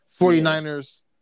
49ers